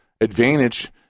advantage